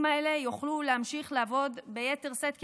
האלה יוכלו להמשיך לעבוד ביתר שאת,